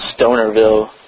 Stonerville